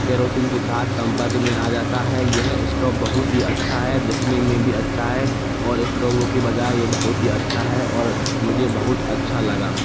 kerosene के साथ संपर्क में आ जाता है यह इस्टोव बहुत ही अच्छा है दिखने में भी अच्छा है और इस्टॉबों की बजाय ये बहुत ही अच्छा है और मुझे बहुत अच्छा लगा